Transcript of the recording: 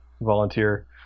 volunteer